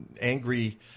angry